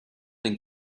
den